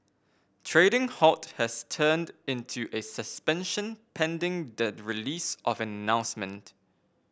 trading halt has turned into a suspension pending the release of an announcement